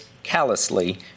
callously